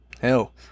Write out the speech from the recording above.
hell